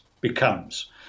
becomes